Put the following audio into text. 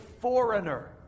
foreigner